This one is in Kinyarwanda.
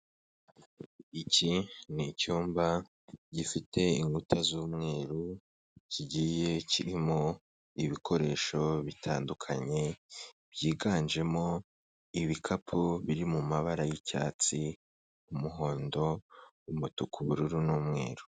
Iki nicyumba gifite inkuta z'umweru kigiye kirimo ibikoresho bitandukanye byiganjemo ibikapu biri mabara y'icyatsi, umuhondo, umutuku, ubururu n'umweru.